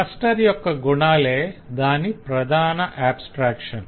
cluster యొక్క గుణాలే దాని ప్రధాన ఆబ్స్ట్రాక్షన్